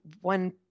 one